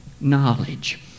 Knowledge